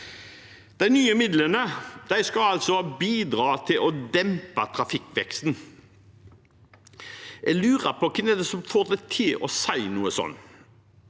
De nye midlene skal altså bidra til å dempe trafikkveksten. Jeg lurer på: Hva er det som får en til å si noe sånt?